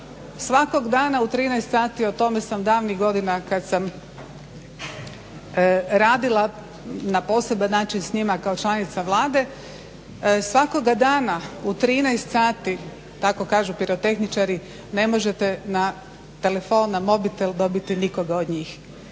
svakog dana u 13 sati, o tome sam davnih godina kad sam radila na poseban način s njima kao članica Vlade, svakoga dana u 13 sati, tako kažu pirotehničari, ne možete na telefon, na mobitel dobiti nikoga od njih.